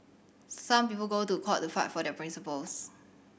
some people go to court to fight for their principles